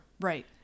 Right